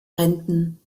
renten